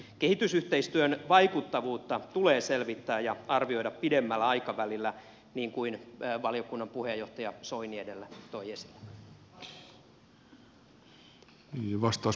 kehitysyhteistyön vaikuttavuutta tulee selvittää ja arvioida pidemmällä aikavälillä niin kuin valiokunnan puheenjohtaja soini edellä toi esille